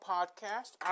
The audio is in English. Podcast